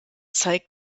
zeigt